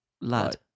lad